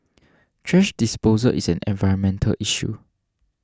thrash disposal is an environmental issue